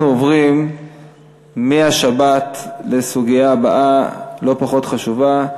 אנחנו עוברים מהשבת לסוגיה הבאה, לא פחות חשובה,